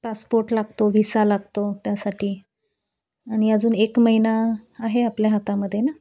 passport लागतो visa लागतो त्यासाठी आणि अजून एक महिना आहे आपल्या हातामध्ये ना